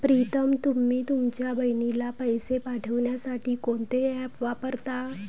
प्रीतम तुम्ही तुमच्या बहिणीला पैसे पाठवण्यासाठी कोणते ऍप वापरता?